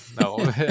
no